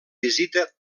visita